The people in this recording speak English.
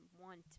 want